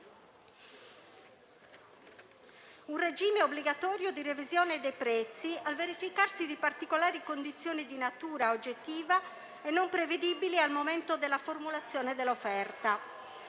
un regime obbligatorio di revisione dei prezzi al verificarsi di particolari condizioni di natura oggettiva e non prevedibili al momento della formulazione dell'offerta.